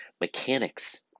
mechanics